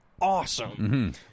awesome